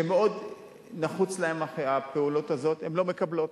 שמאוד נחוצה להן הפעילות הזאת, הן לא מקבלות.